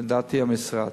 לדעתי, המשרד.